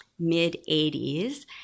mid-80s